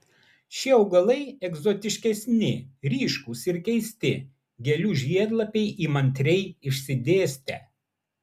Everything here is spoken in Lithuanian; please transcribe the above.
šie augalai egzotiškesni ryškūs ir keisti gėlių žiedlapiai įmantriai išsidėstę